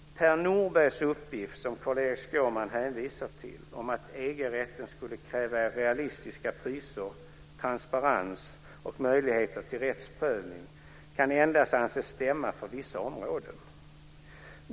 Per Norbergs uppgift - som Carl-Erik Skårman hänvisar till - om att EG-rätten skulle kräva "realistiska priser", "transparens" och möjlighet till "rättsprövning" kan endast anses stämma för vissa områden.